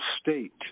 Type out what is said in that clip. state